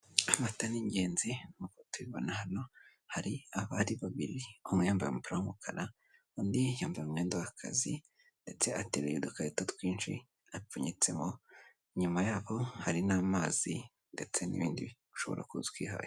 Amata n'ingenzi nk'uko tubibona hano hari abari babiri umwe yambaye umupira w'umukara undi yambaye umwenda w'akazi ndetse ateruye udukarito twinshi apfunyitsemo inyuma yaho hari n'amazi ndetse n'ibindi ushobora kuza ukihahira.